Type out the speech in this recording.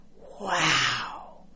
Wow